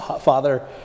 father